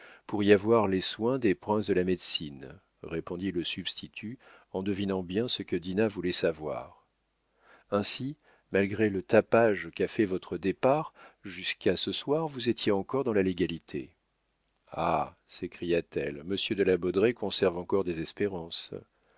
pour y avoir les soins des princes de la médecine répondit le substitut en devinant bien ce que dinah voulait savoir ainsi malgré le tapage qu'a fait votre départ jusqu'à ce soir vous étiez encore dans la légalité ah s'écria-t-elle monsieur de la baudraye conserve encore des espérances